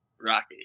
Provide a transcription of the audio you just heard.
Rocky